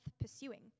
pursuing